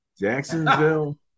Jacksonville